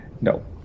No